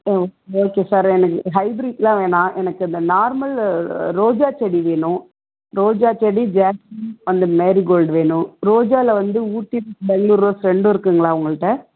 ஆ okay sir எனக்கு ஹைபிரிட்லாம் வேணாம் எனக்கு இந்த நார்மல் ரோஜாச்செடி வேணும் ரோஜாச்செடி ஜாஸ்மின் அந்த மேரிகோல்டு வேணும் ரோஜாவில் வந்து ஊட்டி பெங்களூர் ரெண்டும் இருக்குங்களா உங்கள்கிட்ட